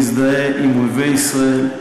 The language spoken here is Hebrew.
מזדהה עם אויבי ישראל,